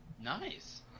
nice